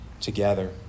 together